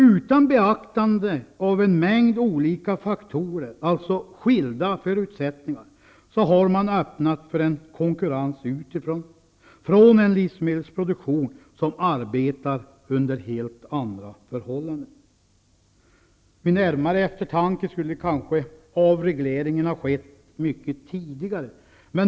Utan att beakta en mängd olika faktorer, alltså skilda förutsättningar, har man öppnat för konkurrens utifrån -- från en livsmedelsproduktion där man arbetar under helt andra förhållanden. Vid närmare eftertanke kommer jag fram till att avregleringen kanske skulle ha skett mycket tidigare.